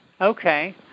Okay